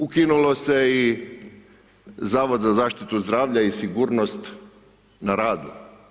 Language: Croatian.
Ukinuo se i zavod za zaštitu zdravlja i sigurnost na radu.